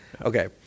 Okay